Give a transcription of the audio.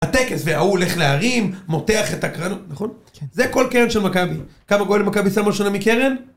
הטקס, וההוא הולך להרים, מותח את הקרנות, נכון? זה כל קרן של מכבי. כמה גול מכבי שמו השנה מקרן?